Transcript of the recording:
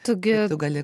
tu gi gali